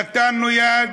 נתנו יד,